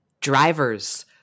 drivers